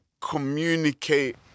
communicate